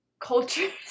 cultures